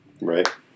Right